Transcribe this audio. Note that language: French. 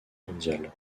mondial